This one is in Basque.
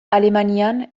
alemanian